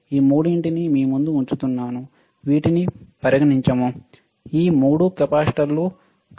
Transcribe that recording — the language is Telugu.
ఈ మూడింటినీ మీ ముందు ఉంచుతుఉంచుతున్నాను వీటిని పరిగణించము ఈ మూడు కెపాసిటర్లు సరే